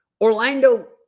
Orlando